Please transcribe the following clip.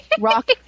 Rock